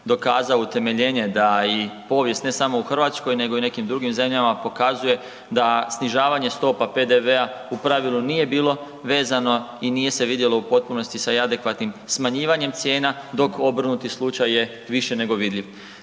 dokazao utemeljenje da i povijest ne samo u Hrvatskoj nego i nekim drugim zemljama, pokazuje da snižavanje stopa PDV-a u pravilu nije bilo vezano i nije se vidjelo u potpunosti sa adekvatnim smanjivanjem cijena dok obrnuti slučaj je više nego vidljiv.